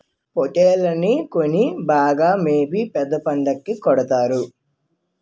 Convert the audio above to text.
పోట్టేల్లని కొని బాగా మేపి పెద్ద పండక్కి కొడతారు